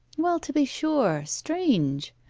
well, to be sure strange!